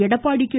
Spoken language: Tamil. எடப்பாடி கே